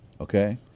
okay